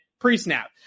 Pre-snap